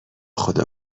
خدا